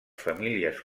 famílies